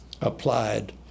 applied